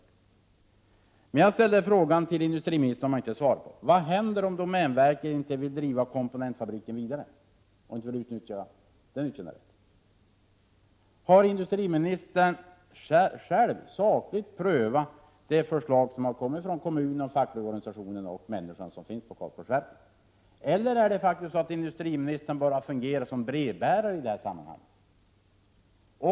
äm Jag ställde en fråga till industriministern, men han har inte svarat på den: Vad händer om domänverket inte vill driva komponentfabriken vidare och inte vill utnyttja utrymmet? Har industriministern själv sakligt prövat de förslag som kommit från kommunen, fackliga organisationer och människor som finns på Karlsborgsverket, eller är det faktiskt så att industriministern bara fungerar som brevbärare i detta sammanhang?